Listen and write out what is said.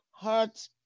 hurt